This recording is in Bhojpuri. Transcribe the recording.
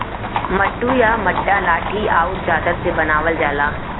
मड्डू या मड्डा लाठी आउर चादर से बनावल जाला